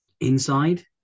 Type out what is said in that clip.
inside